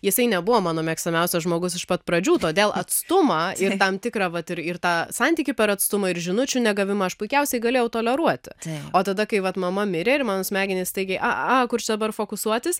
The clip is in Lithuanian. jisai nebuvo mano mėgstamiausias žmogus iš pat pradžių todėl atstumą ir tam tikrą vat ir ir tą santykį per atstumą ir žinučių negavimą aš puikiausiai galėjau toleruoti o tada kai vat mama mirė ir mano smegenys staigiai a a kur čia dabar fokusuotis